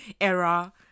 era